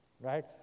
right